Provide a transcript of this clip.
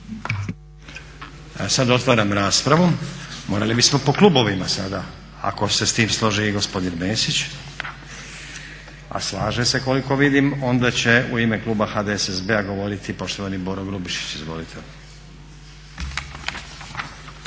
Sad otvaram raspravu. Morali bismo po klubovima sada, ako se s tim složi i gospodin Mesić, a slaže se koliko vidim. Onda će u ime kluba HDSSB-a govoriti poštovani Boro Grubišić, izvolite.